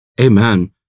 Amen